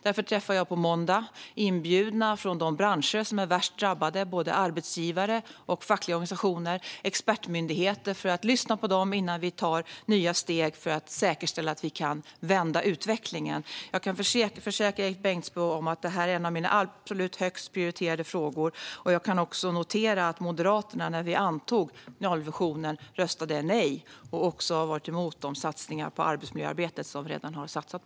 Därför träffar jag på måndag inbjudna från de branscher som är värst drabbade. Det är såväl arbetsgivare och fackliga organisationer som expertmyndigheter, och vi ska lyssna på dem innan vi tar nya steg för att säkerställa att vi kan vända utvecklingen. Jag kan försäkra Erik Bengtzboe om att detta är en av mina absolut högst prioriterade frågor. Jag noterar att Moderaterna, när vi antog nollvisionen, röstade nej och också har varit emot de satsningar på arbetsmiljöarbetet som redan har gjorts.